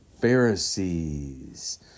Pharisees